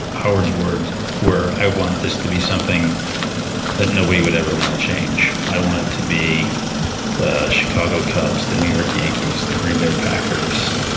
howard's words were i want this to be something that nobody would ever want to change. i want it to be the chicago cubs, the new york yankees, the green bay packers.